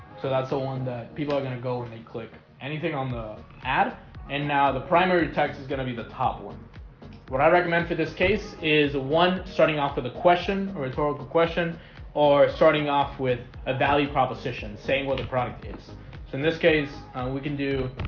so that's the one that people are gonna go when they click anything on the ad and now the primary text is gonna be the top one what i recommend for this case is one starting off with a question or rhetorical question or starting off with a value proposition saying what the product is in this case we can do